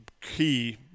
key